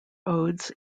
odes